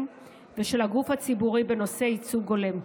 ושל הגוף הציבורי בנושא ייצוג הולם,